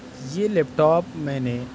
یہ laptop میں نے